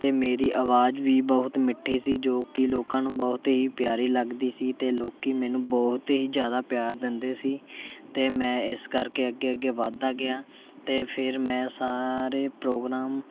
ਅਤੇ ਮੇਰੀ ਅਵਾਜ਼ ਵੀ ਬਹੁਤ ਮਿੱਠੀ ਸੀ ਜੋ ਕਿ ਲੋਕਾਂ ਨੂੰ ਬਹੁਤ ਹੀ ਪਿਆਰੀ ਲੱਗਦੀ ਸੀ ਅਤੇ ਲੋਕੀਂ ਮੈਨੂੰ ਬਹੁਤ ਹੀ ਜ਼ਿਆਦਾ ਪਿਆਰ ਦਿੰਦੇ ਸੀ ਅਤੇ ਮੈਂ ਇਸ ਕਰਕੇ ਅੱਗੇ ਅੱਗੇ ਵੱਧਦਾ ਗਿਆ ਅਤੇ ਫਿਰ ਮੈਂ ਸਾਰੇ ਪ੍ਰੋਗਰਾਮ